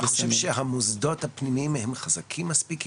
אתה חושב שהמוסדות הפנימיים הם חזקים מספיק?